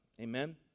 amen